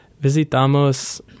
visitamos